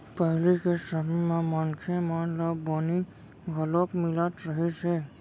पहिली के समे म मनखे मन ल बनी घलोक मिलत रहिस हे